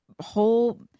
whole